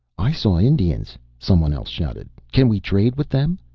i saw indians, some one else shouted. can we trade with them?